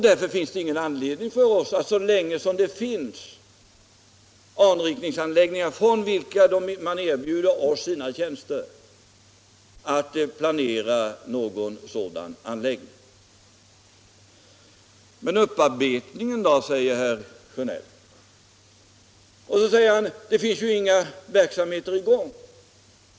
Därför har vi ingen anledning, så länge som det finns anrikningsanläggningar från vilka man erbjuder oss sina tjänster, att planera någon egen sådan anläggning. Men upparbetningen då? frågar herr Sjönell och menar att det ju inte finns några verksamheter i gång.